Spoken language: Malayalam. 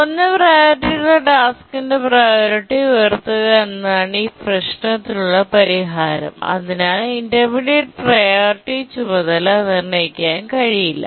കുറഞ്ഞ പ്രിയോറിറ്റിയുള്ള ടാസ്ക്കിന്റെ പ്രിയോറിറ്റി ഉയർത്തുക എന്നതാണ് ഈ പ്രശ്നത്തിനുള്ള പരിഹാരം അതിനാൽ ഇന്റർമീഡിയറ്റ് പ്രിയോറിറ്റി ചുമതല നിർണ്ണയിക്കാൻ കഴിയില്ല